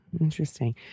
Interesting